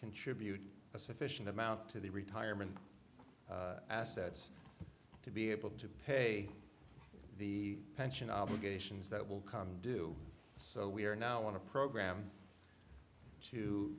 contribute a sufficient amount to the retirement assets to be able to pay the pension obligations that will come due so we are now want to program